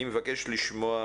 אני מבקשת לשמוע